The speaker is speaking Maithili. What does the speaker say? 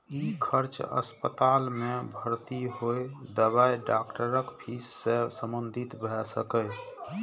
ई खर्च अस्पताल मे भर्ती होय, दवाई, डॉक्टरक फीस सं संबंधित भए सकैए